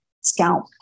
scalp